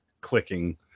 clicking